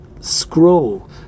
scroll